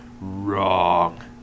Wrong